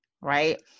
right